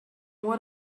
what